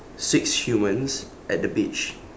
six humans at the beach